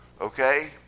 Okay